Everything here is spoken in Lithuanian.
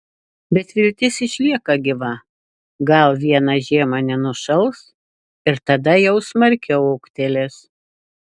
bet viltis išlieka gyva gal vieną žiemą nenušals ir tada jau smarkiau ūgtelės